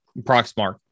Proxmark